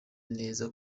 neza